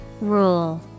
Rule